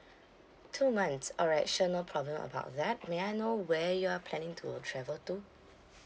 two months alright sure no problem about that may I know where you are planning to travel to